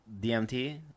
DMT